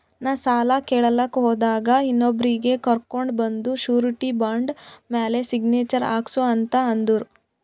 ನಾ ಸಾಲ ಕೇಳಲಾಕ್ ಹೋದಾಗ ಇನ್ನೊಬ್ರಿಗಿ ಕರ್ಕೊಂಡ್ ಬಂದು ಶೂರಿಟಿ ಬಾಂಡ್ ಮ್ಯಾಲ್ ಸಿಗ್ನೇಚರ್ ಹಾಕ್ಸೂ ಅಂತ್ ಅಂದುರ್